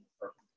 perfect